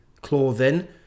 clothing